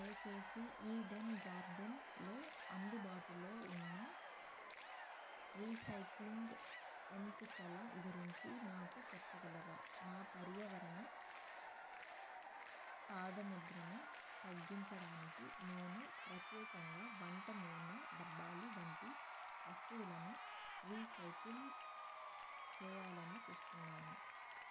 దయచేసి ఈడెన్ గార్డెన్స్లో అందుబాటులో ఉన్న రీసైక్లింగ్ ఎంపికల గురించి నాకు చెప్పగలరా నా పర్యావరణ పాదముద్రను తగ్గించడానికి నేను ప్రత్యేకంగా వంట నూనె డబ్బాలు వంటి వస్తువులను రీసైకిల్ చెయ్యాలని చుస్తున్నాను